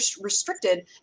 restricted